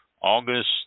August